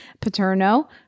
Paterno